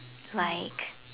like